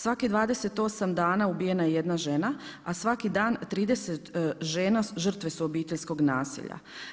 Svakih 28 dana ubijena je jedna žena, a svaki dan 30 žena žrtve su obiteljskog nasilja.